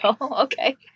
Okay